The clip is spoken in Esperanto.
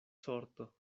sorto